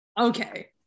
Okay